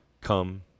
come